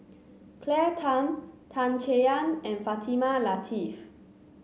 Claire Tham Tan Chay Yan and Fatimah Lateef